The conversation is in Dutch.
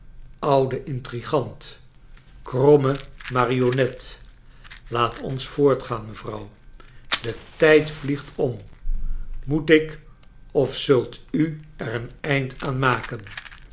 oude intrigant kromme marionet laat ons voortgaan mevrouw y de tijd vliegt om moet ik of zult u er een einde aan maken